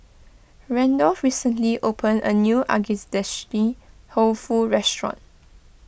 Randolf recently opened a new Dofu restaurant